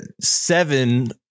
seven